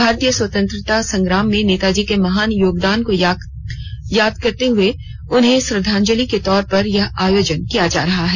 भारतीय स्वतंत्रता संग्राम में नेताजी के महान योगदान को याद करते हुए उन्हें श्रंद्वाजलि के तौर पर यह आयोजन किया जा रहा है